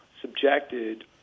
subjected